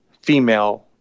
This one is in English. female